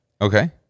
Okay